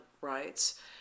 rights